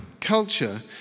culture